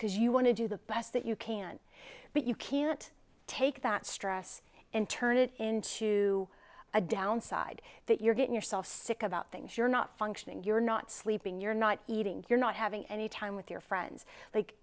because you want to do the best that you can but you can't take that stress and turn it into a downside that you're getting yourself sick about things you're not functioning you're not sleeping you're not eating you're not having any time with your friends like